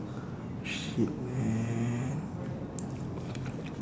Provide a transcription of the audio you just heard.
shit man